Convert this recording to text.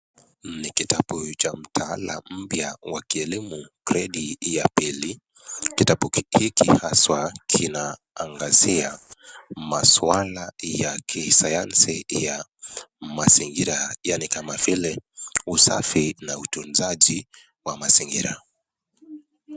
Ni kitabu cha mtaala mpya wa kielimu gredit ya pili. Kitabu hiki haswa kina angazia maswala ya kisayansi ya mazingira yaani kama vile usafi na utunzaji wa mazingira.